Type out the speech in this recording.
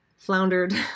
floundered